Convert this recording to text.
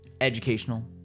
educational